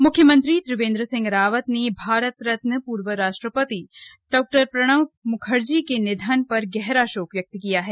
म्ख्यमंत्री त्रिवेन्द्र सिंह रावत ने भारत रत्न पूर्व राष्ट्रपति श्री प्रणब म्खर्जी के निधन पर गहरा शोक व्यक्त किया है